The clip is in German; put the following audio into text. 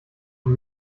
und